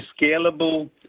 scalable